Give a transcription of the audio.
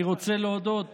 אני רוצה להודות